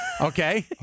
Okay